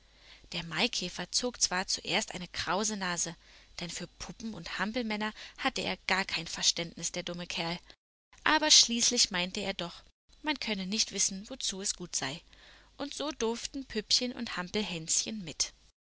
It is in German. der maikäfer zog zwar zuerst eine krause nase denn für puppen und hampelmänner hatte er gar kein verständnis der dumme kerl aber schließlich meinte er doch man könne nicht wissen wozu es gut sei und so durften püppchen und hampelhänschen mit